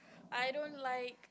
I don't like